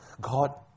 God